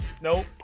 Nope